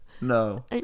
No